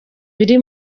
biri